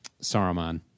Saruman